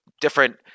different